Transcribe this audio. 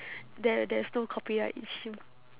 there there's no copyright issue